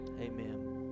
Amen